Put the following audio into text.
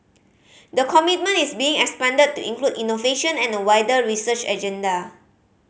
the commitment is being expanded to include innovation and a wider research agenda